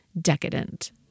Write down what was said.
decadent